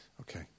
Okay